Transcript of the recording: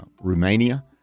Romania